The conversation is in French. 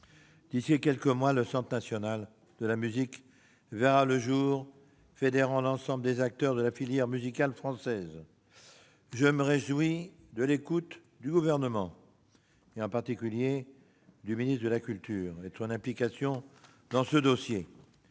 d'ici à quelques mois, le Centre national de la musique verra le jour, fédérant l'ensemble des acteurs de la filière musicale française. Je me réjouis de l'écoute du Gouvernement, en particulier du ministre de la culture et de son implication dans ce dossier.